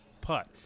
putt